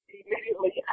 immediately